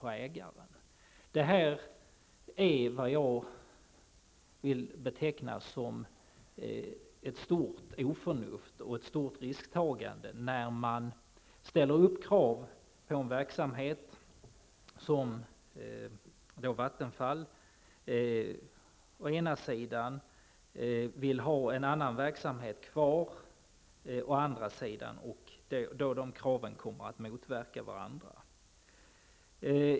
Jag vill beteckna detta som mycket oförnuftigt. Det är fråga om ett stort risktagande när man ställer krav på en verksamhet, som Vattenfall gör, å ena sidan och man vill ha en annan verksamhet kvar å andra sidan. Dessa båda krav kommer att motverka varandra.